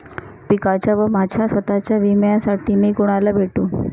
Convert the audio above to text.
पिकाच्या व माझ्या स्वत:च्या विम्यासाठी मी कुणाला भेटू?